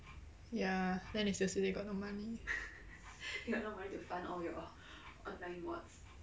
ya then they still say they got no money